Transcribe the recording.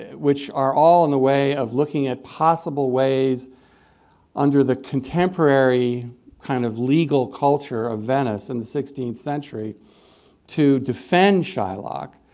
which are all in the way of looking at possible ways under the contemporary kind of legal culture of venice and in sixteenth century to defend shylock,